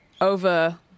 over